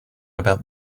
about